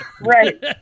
Right